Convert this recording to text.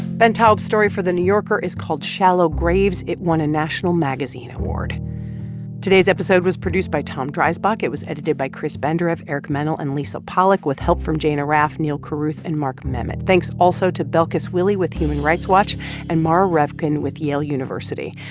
ben taub's story for the new yorker is called shallow graves. it won a national magazine award today's episode was produced by tom dreisbach. it was edited by chris benderev, eric mennel and lisa pollak with help from jane arraf, neal carruth and mark memmott. thanks also to belkis wille with human rights watch and mara revkin with yale university.